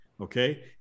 okay